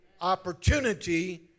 Opportunity